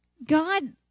God